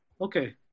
Okay